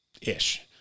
ish